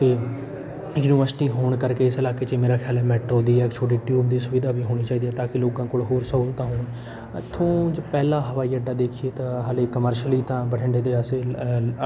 ਅਤੇ ਯੂਨੀਵਰਸਿਟੀ ਹੋਣ ਕਰਕੇ ਇਸ ਇਲਾਕੇ 'ਚ ਮੇਰਾ ਖਿਆਲ ਮੈਟਰੋ ਦੀ ਜਾਂ ਛੋਟੀ ਟਿਊਬ ਦੀ ਸੁਵਿਧਾ ਵੀ ਹੋਣੀ ਚਾਹੀਦੀ ਹੈ ਤਾਂ ਕਿ ਲੋਕਾਂ ਕੋਲ ਹੋਰ ਸਹੂਲਤਾਂ ਹੋਣ ਇੱਥੋਂ ਪਹਿਲਾ ਹਵਾਈ ਅੱਡਾ ਦੇਖੀਏ ਤਾਂ ਹਾਲੇ ਕਮਰਸ਼ਲੀ ਤਾਂ ਬਠਿੰਡੇ ਦੇ ਆਸੇ